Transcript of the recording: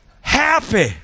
happy